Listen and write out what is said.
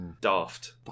Daft